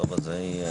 תודה.